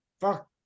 Fuck